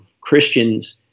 Christians